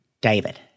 David